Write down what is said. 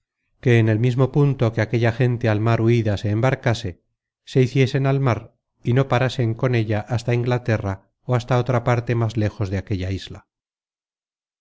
que en el mismo punto que aquella gente al parecer huida se embarcase se hiciesen al mar y no parasen con ella hasta inglaterra ó hasta otra parte más lejos de aquella isla